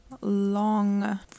long